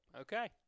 Okay